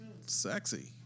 Sexy